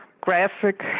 graphic